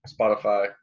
Spotify